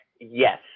Yes